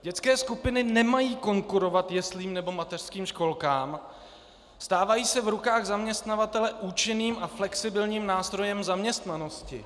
Dětské skupiny nemají konkurovat jeslím nebo mateřským školkám, stávají se v rukách zaměstnavatele účinným a flexibilním nástrojem zaměstnanosti.